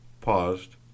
paused